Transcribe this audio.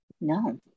no